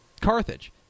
Carthage